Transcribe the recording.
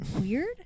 Weird